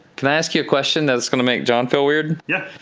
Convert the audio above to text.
can i ask you a question that's gonna make john feel weird? yeah.